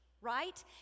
right